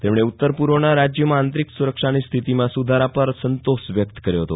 તેમણે ઉતર પ્વના રાજયોમાં આતરીક સુરક્ષાની સ્થિતિમાં સધારા પર સંતોષ વ્યકત કયો હતો